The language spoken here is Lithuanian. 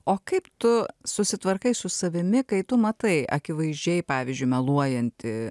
o kaip tu susitvarkai su savimi kai tu matai akivaizdžiai pavyzdžiui meluojantį